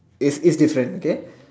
it's it's different okay